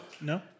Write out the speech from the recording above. No